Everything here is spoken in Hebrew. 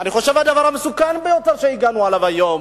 אני חושב שהדבר המסוכן ביותר שהגענו אליו היום: